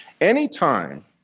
Anytime